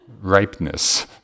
ripeness